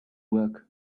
work